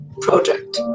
project